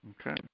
Okay